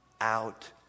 out